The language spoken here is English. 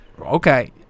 Okay